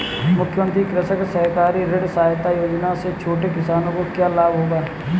मुख्यमंत्री कृषक सहकारी ऋण सहायता योजना से छोटे किसानों को क्या लाभ होगा?